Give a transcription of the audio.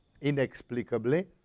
inexplicably